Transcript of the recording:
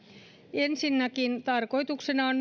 ensinnäkin tarkoituksena on